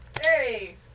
Hey